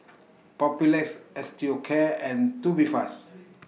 Papulex Osteocare and Tubifast